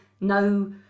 no